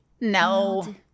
No